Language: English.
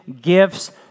gifts